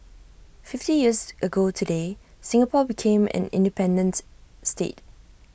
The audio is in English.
fifty years ago today Singapore became an independents state